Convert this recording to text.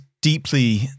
deeply